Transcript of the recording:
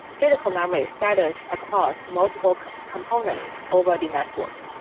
physical memory scatters across multiple components over the network,